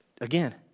again